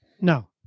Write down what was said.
No